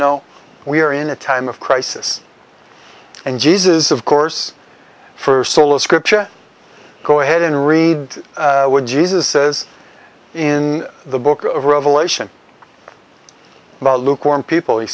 know we are in a time of crisis and jesus of course for sola scriptura go ahead and read what jesus says in the book of revelation about luke warm people he